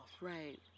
Right